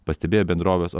pastebėjo bendrovės